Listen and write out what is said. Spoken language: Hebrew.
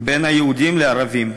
של היהודים והערבים.